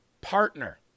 partner